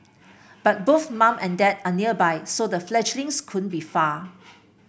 but both mum and dad are nearby so the fledglings couldn't be far